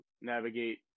navigate